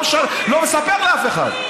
לא מספר לאף אחד,